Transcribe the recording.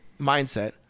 mindset